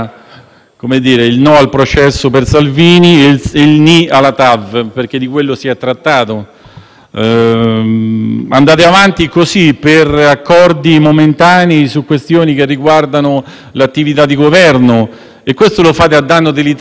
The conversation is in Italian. Andate avanti così, per accordi momentanei su questioni che riguardano l'attività di Governo e lo fate a danno dell'Italia. Un Paese dovrebbe essere governato con decisioni chiare e non con uno scambio continuo,